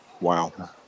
wow